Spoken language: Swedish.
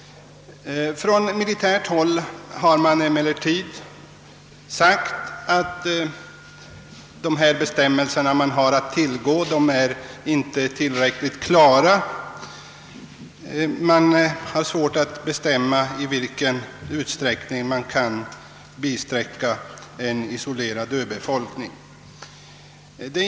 Från militärt håll har sagts att de bestämmelser som för närvarande finns att tillgå inte är tillräckligt klara. Man har svårt att avgöra i vilken utsträckning man kan bisträcka en isolerad öbefolkning.